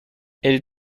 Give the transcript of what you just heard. elle